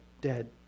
dead